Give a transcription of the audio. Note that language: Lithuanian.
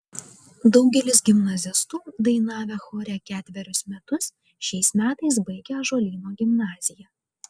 daugelis gimnazistų dainavę chore ketverius metus šiais metais baigia ąžuolyno gimnaziją